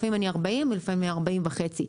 לפעמים 40 ולפעמים 40.5,